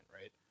right